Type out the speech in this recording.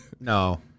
No